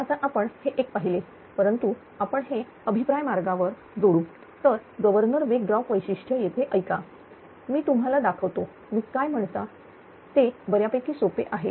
आता आपण हे एक पहिले परंतु आपण हे अभिप्राय मार्गावर जोडले तर गव्हर्नर वेग ड्रॉप वैशिष्ट्य येथे ऐका मी तुम्हाला दाखवतो मी काय म्हणतो ते बऱ्यापैकी सोपे आहे